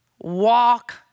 Walk